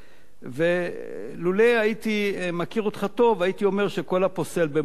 ולולא הייתי מכיר אותך טוב הייתי אומר שכל הפוסל במומו פוסל.